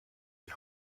die